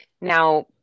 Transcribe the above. Now